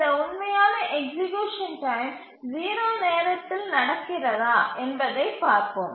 இந்த உண்மையான execution time 0 நேரத்தில் நடக்கிறதா என்பதைப் பார்ப்போம்